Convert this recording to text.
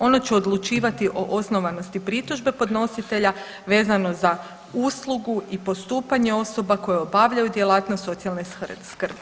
Ono će odlučivati o osnovanosti pritužbe podnositelja vezano za uslugu i postupanje osoba koje obavljaju djelatnost socijalne skrbi.